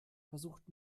versucht